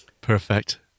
Perfect